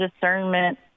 discernment